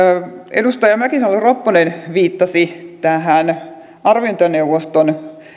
edustaja mäkisalo ropponen viittasi tähän arviointineuvoston